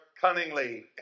cunningly